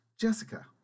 Jessica